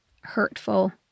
hurtful